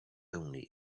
only